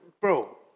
bro